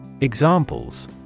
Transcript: Examples